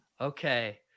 okay